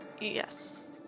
Yes